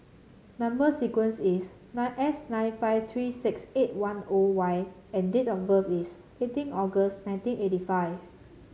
number sequence is nine S nine five three six eight one O Y and date of birth is eighteen August nineteen eighty five